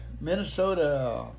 Minnesota